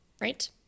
right